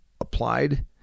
applied